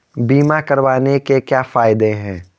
बीमा करवाने के क्या फायदे हैं?